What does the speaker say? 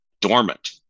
dormant